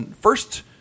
first